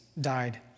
died